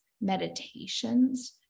meditations